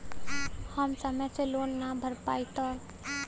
हम समय से लोन ना भर पईनी तब?